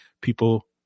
people